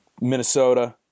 Minnesota